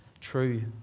true